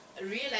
realize